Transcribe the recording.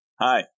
hi